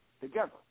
Together